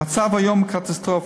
המצב היום קטסטרופה,